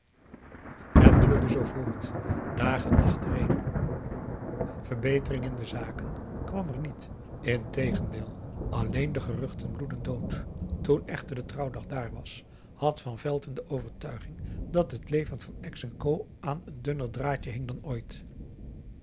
het duurde zoo voort dagen achtereen verbetering in de zaken kwam er niet integendeel alleen de geruchten bloedden dood toen echter de trouwdag dààr was had van velton de overtuiging dat het leven van ex en co aan een dunner draadje hing dan ooit